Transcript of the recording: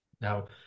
Now